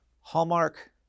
Hallmark